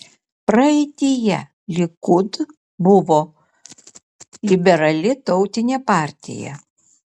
praeityje likud buvo liberali tautinė partija